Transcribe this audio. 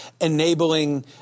enabling